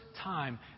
time